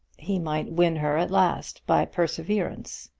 he might win her at last by perseverance.